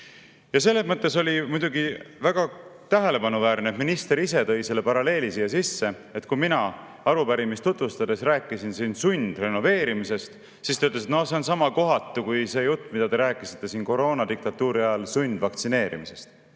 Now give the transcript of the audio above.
Selles mõttes oli muidugi väga tähelepanuväärne, et minister ise tõi selle paralleeli siia sisse. Kui mina arupärimist tutvustades rääkisin sundrenoveerimisest, siis ta ütles, et see on sama kohatu kui see jutt, mida te rääkisite siin koroonadiktatuuri ajal sundvaktsineerimisest.